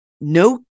No